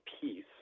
peace